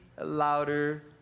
louder